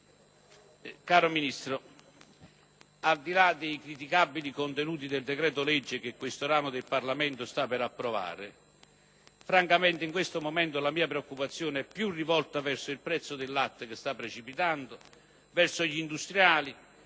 signor Ministro, al di là dei criticabili contenuti del decreto-legge che questo ramo del Parlamento sta per approvare, francamente in questo momento la mia preoccupazione è rivolta maggiormente verso il prezzo del latte che sta precipitando e verso gli industriali,